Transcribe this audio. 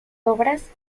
obras